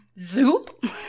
Zoop